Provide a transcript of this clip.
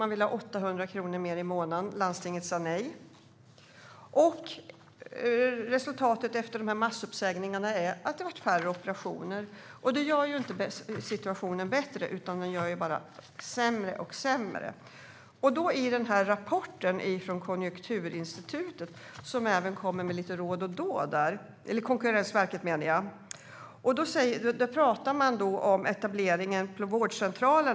De vill ha 800 kr mer i månaden, men landstinget sa nej. Resultatet efter dessa massuppsägningar är att det har blivit färre operationer, vilket inte gör situationen bättre utan sämre. I denna rapport från Konkurrensverket, som även kommer med lite råd och dåd, talas det om etablering av vårdcentraler.